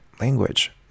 language